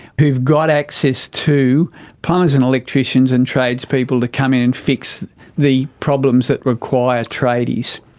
who've got access to plumbers and electricians and tradespeople to come in and fix the problems that require tradies.